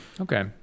Okay